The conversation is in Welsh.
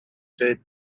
dweud